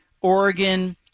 Oregon –